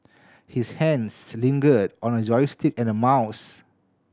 his hands lingered on a joystick and a mouse